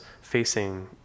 facing